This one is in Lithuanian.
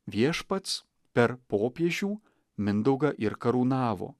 viešpats per popiežių mindaugą ir karūnavo